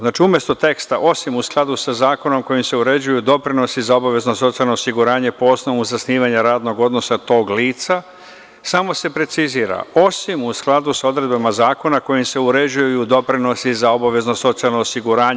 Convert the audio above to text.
Znači, umesto teksta – osim u skladu sa zakonom kojim se uređuju doprinosi za obavezno socijalno osiguranje po osnovu zasnivanja radnog odnosa tog lica, samo se precizira – osim u skladu sa odredbama zakona kojim se uređuju doprinosi za obavezno socijalno osiguranje.